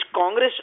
Congress